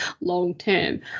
long-term